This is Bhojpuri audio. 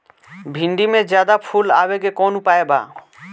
भिन्डी में ज्यादा फुल आवे के कौन उपाय बा?